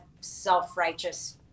self-righteous